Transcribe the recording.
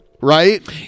right